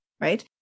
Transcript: Right